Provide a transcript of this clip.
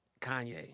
Kanye